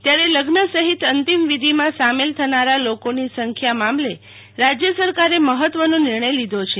ત્યારે લગ્ન સહિત અંતિમવિધિમાં સામેલ થનારા લોકોની સંખ્યા મામલે રાજય સરકારે મહત્વનો નિર્ણકય લોધો છે